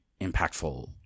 impactful